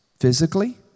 physically